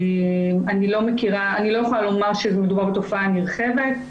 אני לא יכולה לומר שמדובר בתופעה נרחבת.